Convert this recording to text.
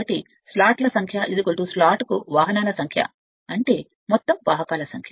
కాబట్టి స్లాట్ల సంఖ్య స్లాట్కు వాహకాల సంఖ్య అంటే మొత్తం వాహకాల సంఖ్య